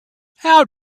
how